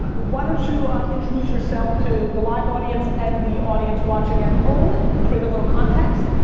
why don't you introduce yourself to the live audience and the audience watching at home? create a little context.